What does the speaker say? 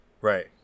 right